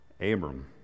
Abram